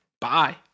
Bye